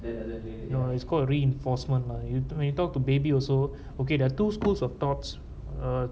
no it's called reinforcement lah you when you talk to baby also okay there are two schools of thoughts